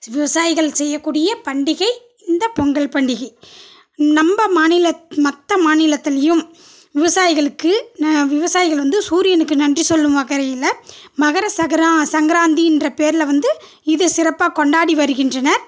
விவசாயி செய்யக்கூடிய பண்டிகை இந்த பொங்கல் பண்டிகை நம்ம மாநிலத் மத்த மாநிலத்துலேயும் விவசாயிகளுக்கு விவசாயிகள் வந்து சூரியனுக்கு நன்றி சொல்லும் வகையில் மகர சகரா சங்கராந்தின்ற பேரில் வந்து இது சிறப்பாக கொண்டாடி வருகின்றன